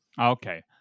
okay